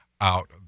out